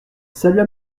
salua